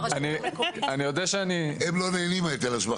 אני יודע שאני לא מכיר את הנושא